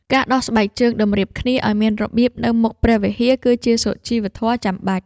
ការដោះស្បែកជើងតម្រៀបគ្នាឱ្យមានរបៀបនៅមុខព្រះវិហារ គឺជាសុជីវធម៌ចាំបាច់។